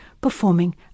performing